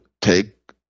take